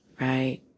right